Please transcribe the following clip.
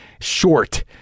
short